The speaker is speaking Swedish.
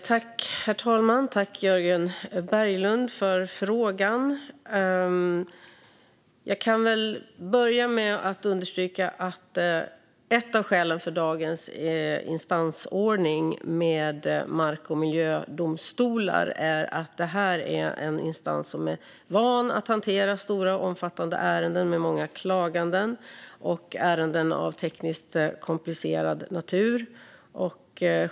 Herr talman! Tack, Jörgen Berglund, för frågan! Låt mig börja med att understryka att ett av skälen till dagens instansordning med mark och miljödomstolar är att de utgör en instans som är van att hantera stora och omfattande ärenden med många klaganden samt ärenden av tekniskt komplicerad natur.